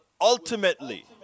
ultimately